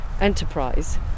enterprise